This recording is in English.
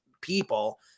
people